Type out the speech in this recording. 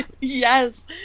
Yes